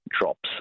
drops